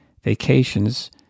vacations